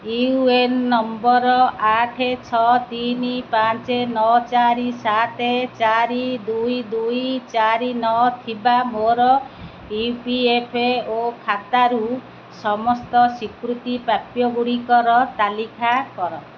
you A N number ଆଠ ଛଅ ତିନି ପାଞ୍ଚ ନଅ ଚାରି ସାତ ଚାରି ଦୁଇ ଦୁଇ ଚାରି ନଅ ଥିବା ମୋର ଇ ପି ଏଫ୍ ଓ ଖାତାରୁ ସମସ୍ତ ସ୍ଵୀକୃତ ପ୍ରାପ୍ୟଗୁଡ଼ିକର ତାଲିକା କର